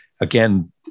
Again